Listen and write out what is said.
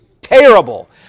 terrible